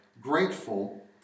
grateful